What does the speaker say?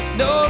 no